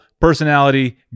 personality